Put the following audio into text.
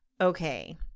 okay